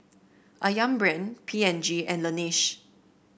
ayam Brand P and G and Laneige